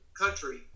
country